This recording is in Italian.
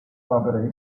opere